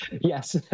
Yes